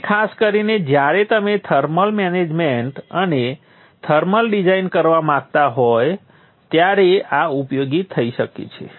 તેથી ખાસ કરીને જ્યારે તમે થર્મલ મેનેજમેન્ટ અને થર્મલ ડિઝાઇન કરવા માંગતા હોય ત્યારે આ ઉપયોગી થઈ શકે છે